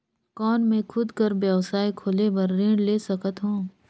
कौन मैं खुद कर व्यवसाय खोले बर ऋण ले सकत हो?